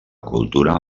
cultura